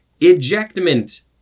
Ejectment